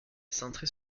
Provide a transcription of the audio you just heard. centré